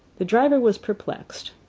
the driver was perplexed.